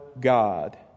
God